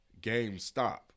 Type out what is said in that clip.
GameStop